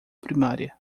primária